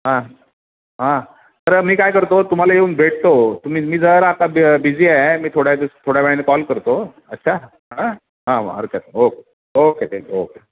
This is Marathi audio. हां हां तर मी काय करतो तुम्हाला येऊन भेटतो तुम्ही मी जरा आता बिझी आहे मी थोड्या दिवस थोड्या वेळाने कॉल करतो अच्छा हां हां अर्क ओके ओके थँक्यू ओके